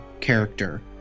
character